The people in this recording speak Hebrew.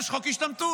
יש חוק השתמטות.